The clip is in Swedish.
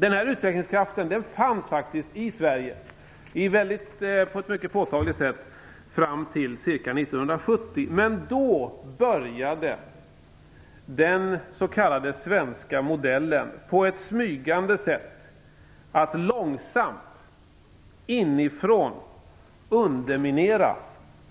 Denna utvecklingskraft fanns faktiskt i Sverige på ett mycket påtagligt sätt fram till ca 1970, men då började den s.k. svenska modellen på ett smygande sätt att långsamt, inifrån underminera